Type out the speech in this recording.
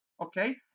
okay